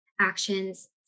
actions